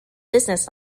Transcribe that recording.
business